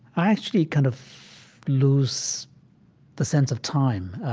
i actually kind of lose the sense of time.